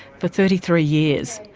for thirty three years.